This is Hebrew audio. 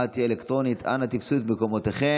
התשפ"ב 2022. אנא תפסו את מקומותיכם.